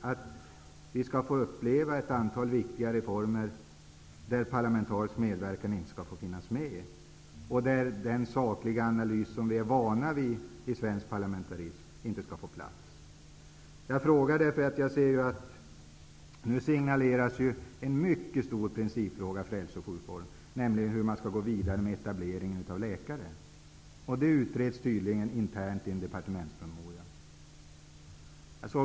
Skall vi få uppleva att ett antal viktiga reformer genomförs utan någon parlamentarisk medverkan? Skall den sakliga analys som vi är vana vid i svensk parlamentarism inte få plats? Jag ställer dessa frågor eftersom en mycket stor principfråga för hälso och sjukvården nu signaleras, nämligen hur man skall gå vidare med etableringen av läkare. Detta utreds tydligen internt i en departementspromemoria.